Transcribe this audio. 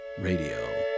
Radio